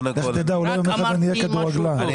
רק אמרתי משהו טוב.